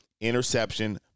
interception